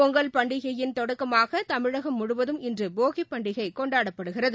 பொங்கல் பண்டிகையின் தொடக்கமாகதமிழகம் முழுவதும் இன்றுபோகிப்பண்டிகைகொண்டாடப்படுகிறது